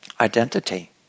identity